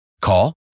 Call